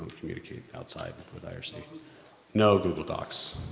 communicate outside with irc. no googledocs.